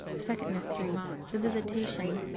second mystery. the visitation.